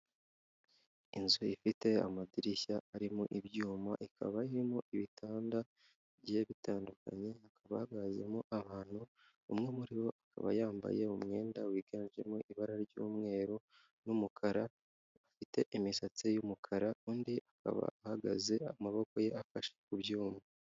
Inzu ifite amadirishya arimo ibyuma, ikaba irimo ibitanda bigiye bitandukanye hakaba hahagazemo abantu umwe muri bo akaba yambaye umwenda wiganjemo ibara ry'umweru n'umukara afite imisatsi y'umukara, undi akaba ahagaze amaboko ye afashe ku byuma.